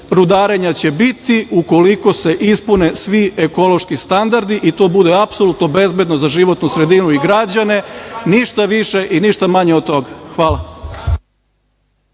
rudarenja će biti, ukoliko se ispune svi ekološki standardi i to bude apsolutno bezbedno za životnu sredinu i građane. Ništa više i ništa manje od toga. Hvala.